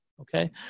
okay